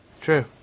True